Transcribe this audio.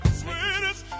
sweetest